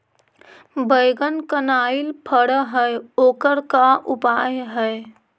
बैगन कनाइल फर है ओकर का उपाय है?